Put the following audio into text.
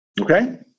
Okay